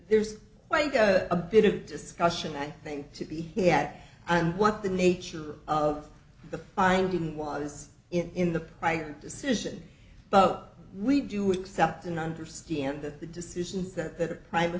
there's quite a bit of discussion i think to be had and what the nature of the finding was in the prior decision but we do except in understand that the decisions that are private